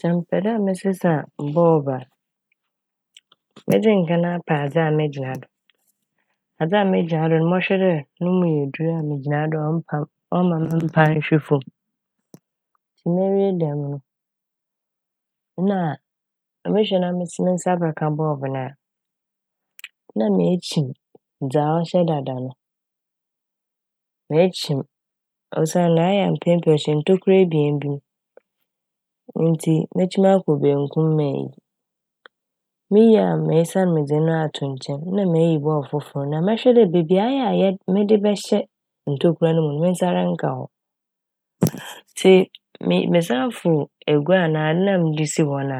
Sɛ mepɛ dɛ mesesa bɔb a medzi kan apɛ adze a megyina do. Adze a megyina do no mɔhwɛ dɛ no mu yɛ dur a migyina do a ɔmmpa m' - ɔmma memmpa nnhwe famu ntsi mewie dɛm no na a mohwɛ na me ns- nsa bɛka bɔb no a na mekyiim dza ɔhyɛ dada no mekyiim osiandɛ ayɛ mpɛn pii no ɔhyɛ ntokura ebien bi m' ntsi mekyim akɔ bankum meyi. Meyi a mesian medze ato kyɛn na meyi bɔb fofor no na mɛhwɛ dɛ beebi a ayɛ a yɛ- mede bɛhyɛ wɔ ntokura no mu no me nsa rennka hɔ. Ntsi me- mesan fow egua anaa adze no mede sii hɔ no